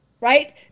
right